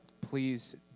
Please